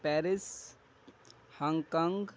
Paris Hong Kong